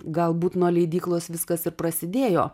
galbūt nuo leidyklos viskas ir prasidėjo